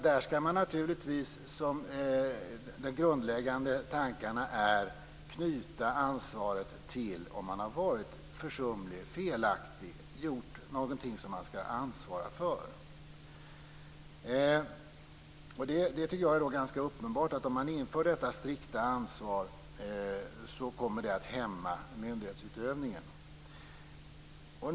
Där skall man naturligtvis, som de grundläggande tankarna är, knyta ansvaret till om man har varit försumlig och gjort något felaktigt som man skall ansvara för. Jag tycker att det är ganska uppenbart att det kommer att hämma myndighetsutövningen om man inför detta strikta ansvar.